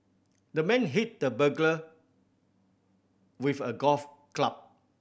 the man hit the burglar with a golf club